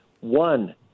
One